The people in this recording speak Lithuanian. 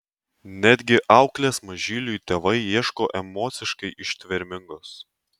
netgi auklės mažyliui tėvai ieško emociškai ištvermingos